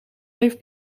heeft